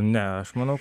ne aš manau